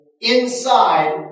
inside